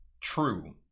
true